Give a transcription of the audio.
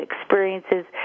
experiences